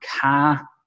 car